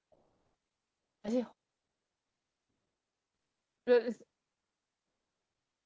ah ya really